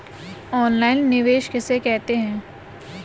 Online निवेश किसे कहते हैं?